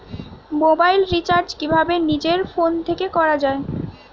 Mobile recharge কিভাবে নিজের phone থেকে করা য়ায়?